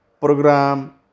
program